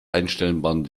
einstellbaren